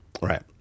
right